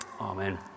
Amen